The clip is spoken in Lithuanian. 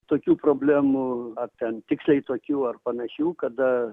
tokių problemų ar ten tiksliai tokių ar panašių kada